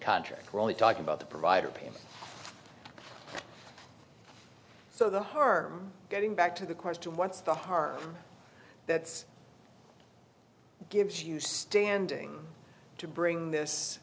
contract we're only talking about the provider paying so the her getting back to the question what's the harm that's gives you standing to bring this